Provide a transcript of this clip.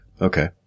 Okay